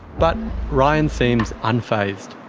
but ryan seems un-phased.